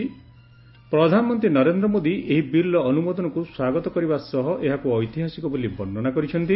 ପ୍ରଧାନମନ୍ତ୍ରୀ ନରେନ୍ଦ୍ର ମୋଦି ଏହି ବିଲ୍ର ଅନୁମୋଦନକୁ ସ୍ୱାଗତ କରିବା ସହ ଏହାକୁ ଐତିହାସିକ ବୋଲି ବର୍ଷ୍ଣନା କରିଛନ୍ତି